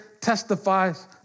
testifies